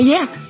Yes